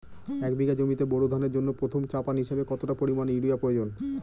এক বিঘা জমিতে বোরো ধানের জন্য প্রথম চাপান হিসাবে কতটা পরিমাণ ইউরিয়া প্রয়োজন?